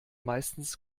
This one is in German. meistens